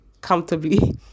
comfortably